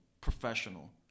Professional